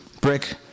brick